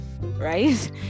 right